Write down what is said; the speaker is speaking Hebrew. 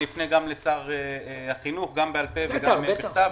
אני אפנה גם לשר החינוך גם בעל-פה וגם בכתב.